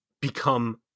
become